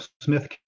smith